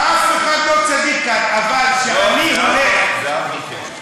אף אחד לא צדיק כאן, אבל כשאני הולך, לא, זהבה כן.